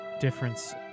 difference